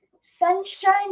Sunshine